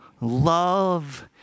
love